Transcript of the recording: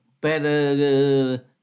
better